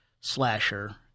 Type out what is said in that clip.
slasher